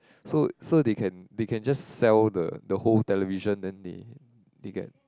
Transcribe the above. so so they can they can just sell the the whole television then they they get